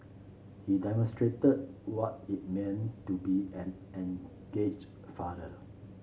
he demonstrated what it mean to be an engaged father